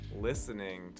listening